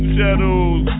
Shadows